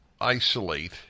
isolate